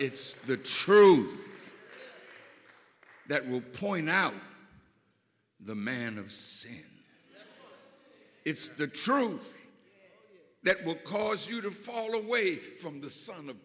it's the truth that will point out the man of sin it's the truth that will cause you to fall away from the son